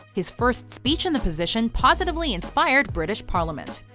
his first speech in the position positively inspired british parliament.